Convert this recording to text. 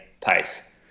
pace